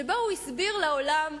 שבו הוא הסביר לעולם,